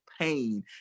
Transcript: pain